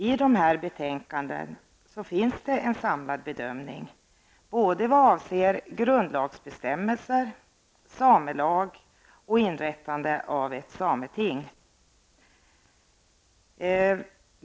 I dessa betänkanden finns en samlad bedömning vad avser grundlagsbestämmelser, samelag och inrättande av ett sameting.